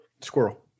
Squirrel